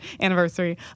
anniversary